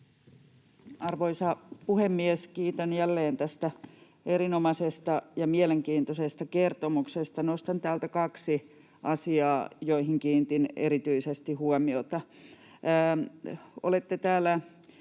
Arvoisa puhemies! Kiitän jälleen tästä erinomaisesta ja mielenkiintoisesta kertomuksesta. Nostan täältä kaksi asiaa, joihin kiinnitin erityisesti huomiota: Olette täällä